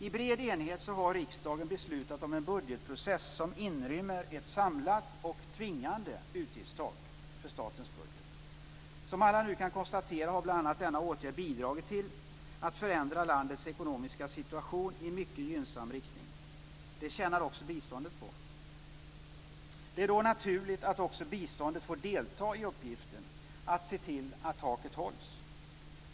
I bred enighet har riksdagen beslutat om en budgetprocess som inrymmer ett samlat och tvingande utgiftstak för statens budget. Som alla nu kan konstatera har bl.a. denna åtgärd bidragit till att förändra landets ekonomiska situation i mycket gynnsam riktning. Det tjänar också biståndet på. Det är då naturligt att också biståndet får delta i uppgiften att se till att taket hålls.